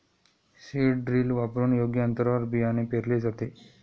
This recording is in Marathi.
सीड ड्रिल वापरून योग्य अंतरावर बियाणे पेरले जाते